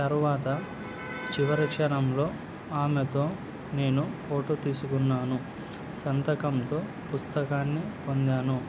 తరువాత చివరిక్షణంలో ఆమెతో నేను ఫోటో తీసుకున్నాను సంతకంతో పుస్తకాన్ని పొందాను